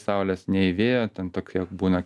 saulės nei vėjo ten tokie būna